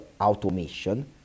automation